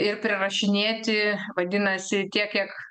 ir prirašinėti vadinasi tiek kiek